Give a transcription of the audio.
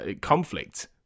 conflict